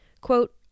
Quote